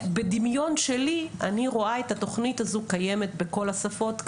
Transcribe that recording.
בדמיון שלי אני רואה את התוכנית הזו קיימת בכל השפות.